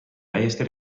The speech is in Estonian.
täiesti